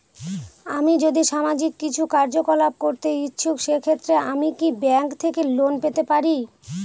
আমি যদি সামাজিক কিছু কার্যকলাপ করতে ইচ্ছুক সেক্ষেত্রে আমি কি ব্যাংক থেকে লোন পেতে পারি?